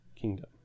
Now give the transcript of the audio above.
kingdom